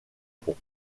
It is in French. pont